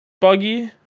buggy